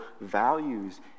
values